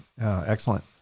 Excellent